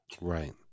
Right